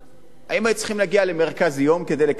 הם היו צריכים להגיע למרכז-יום כדי לקבל את זה,